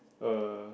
uh